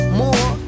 more